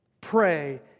pray